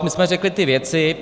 My jsme řekli ty věci.